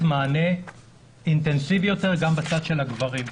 מענה אינטנסיבי יותר גם בצד של הגברים.